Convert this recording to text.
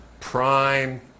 prime